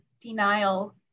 denial